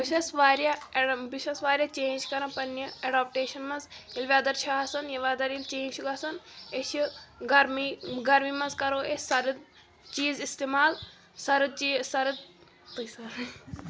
بہٕ چھس واریاہ بہٕ چھٮس واریاہ چینٛج کَران پںٛنہِ ایڈاپٹیشَن منٛز ییٚلہٕ ویدر چھِ آسان یہِ ویدر ییٚلہِ چینٛج چھُ گژھان أسۍ چھِ گرمی گرمی منٛز کَرو أسۍ سَرٕد چیٖز اِستعمال سرٕد چیٖز سرٕد